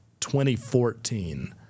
2014